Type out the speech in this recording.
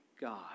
God